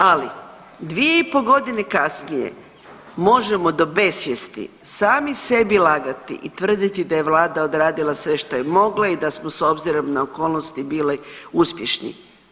Ali dvije i pol godine kasnije možemo do besvijesti sami sebi lagati i tvrditi da je Vlada odradila sve što je mogla i da smo s obzirom na okolnosti bili uspješni.